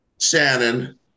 Shannon